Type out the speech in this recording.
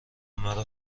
مرا